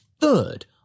third